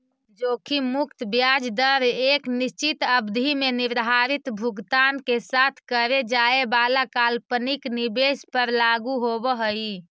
जोखिम मुक्त ब्याज दर एक निश्चित अवधि में निर्धारित भुगतान के साथ करे जाए वाला काल्पनिक निवेश पर लागू होवऽ हई